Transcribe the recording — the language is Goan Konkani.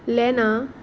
लॅना